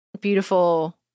beautiful